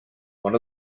one